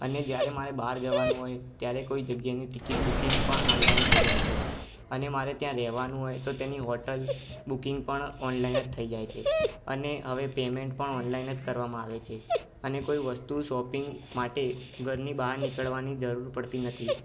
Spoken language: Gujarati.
અને જયારે મારે બહાર જવાનું હોય ત્યારે કોઈ જગ્યાની ટિકિટ બુકિંગ પણ ઓનલાઈન થઈ જાય છે અને મારે ત્યાં રહેવાનું હોય તો તેની હોટેલ બુકિંગ પણ ઓનલાઇન જ થઈ જાય છે અને હવે પેમેન્ટ પણ ઓનલાઈન જ કરવામાં આવે છે અને કોઈ વસ્તુ શોપીંગ માટે ઘરની બહાર નીકળવાની જરૂર પડતી નથી